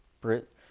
Brit